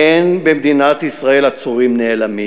אין במדינת ישראל עצורים נעלמים.